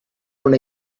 una